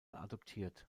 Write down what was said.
adoptiert